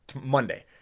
Monday